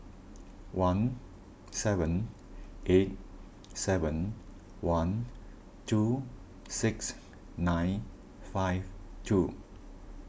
one seven eight seven one two six nine five two